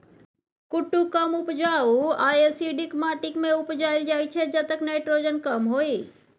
कुट्टू कम उपजाऊ आ एसिडिक माटि मे उपजाएल जाइ छै जतय नाइट्रोजन कम होइ